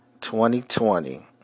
2020